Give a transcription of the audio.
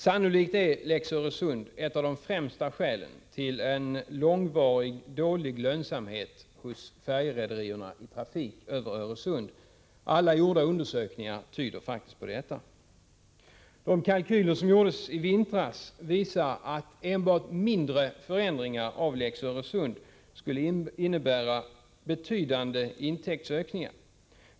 Sannolikt är Lex Öresund ett av de främsta skälen till en långvarigt dålig lönsamhet hos färjerederierna i trafik över Öresund. Alla gjorda undersökningar tyder på detta. De kalkyler som gjordes i vintras visar att enbart mindre förändringar av Lex Öresund skulle innebära betydande intäktsökningar.